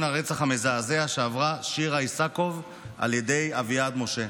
הרצח המזעזע שעברה שירה איסקוב על ידי אביעד משה.